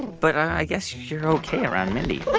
but i guess you're ok around mindy but